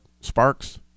sparks